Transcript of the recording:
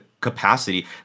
capacity